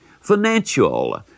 Financial